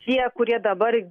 tie kurie dabar